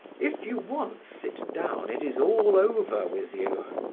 if you once sit down, it is all over with you.